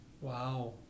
Wow